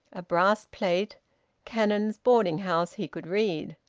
a brass plate cannon's boarding-house, he could read.